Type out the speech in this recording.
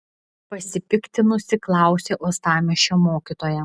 pasipiktinusi klausė uostamiesčio mokytoja